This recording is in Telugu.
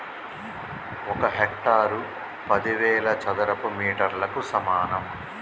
ఒక హెక్టారు పదివేల చదరపు మీటర్లకు సమానం